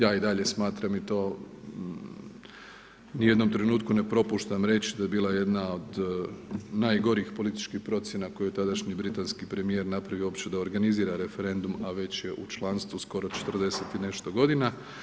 Ja i dalje smatram i to u ni jednom trenutku ne propuštam reći da je bila jedna od najgorih političkih procjena koju je tadašnji britanski premijer napravio da uopće organizira referendum, a već je u članstvu skoro 40 i nešto godina.